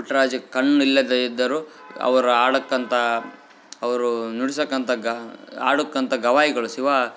ಪುಟ್ರಾಜು ಕಣ್ಣು ಇಲ್ಲದೆ ಇದ್ದರು ಅವರು ಆಳ್ಕಂತ ಅವರು ನುಡ್ಸಕಂತ ಗಾ ಆಡುಕ್ಕಂತ ಗವಾಯಿಗಳು ಶಿವ